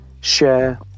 share